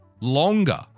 longer